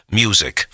music